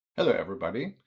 hello, everybody.